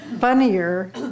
funnier